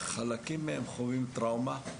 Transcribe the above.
שחלקים מהם חווים טראומה,